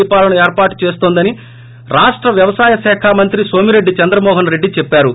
దీపాలను ఏర్పాటు చేస్తోందని రాష్ట వ్యవసాయ శాఖ మంత్రి సోమిరెడ్డి చంద్రమోహన్ రెడ్డి చెప్పారు